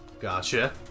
Gotcha